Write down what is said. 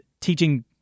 teaching